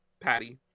patty